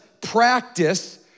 practice